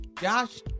Josh